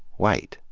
white.